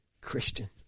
Christian